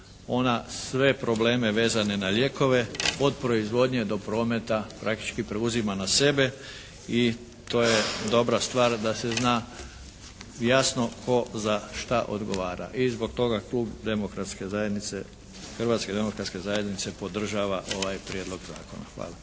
sve probleme vezane na lijekove od proizvodnje do prometa praktički preuzima na sebe i to je dobra stvar da se zna jasno tko za šta odgovara i zbog toga klub Hrvatske demokratske zajednice podržava ovaj Prijedlog zakona. Hvala.